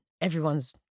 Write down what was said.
everyone's